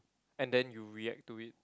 and then you react to it